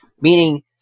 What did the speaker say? meaning